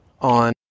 on